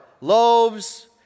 loaves